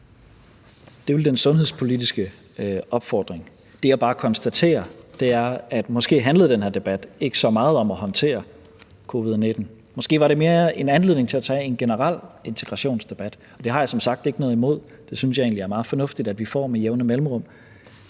Det er vel den sundhedspolitiske opfordring. Det, jeg bare konstaterer, er, at måske handler den her debat ikke så meget om at håndtere covid-19. Måske er det mere en anledning til at tage en generel integrationsdebat. Det har jeg som sagt ikke noget imod, det synes jeg egentlig er meget fornuftigt at vi får med jævne mellemrum.